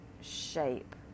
shape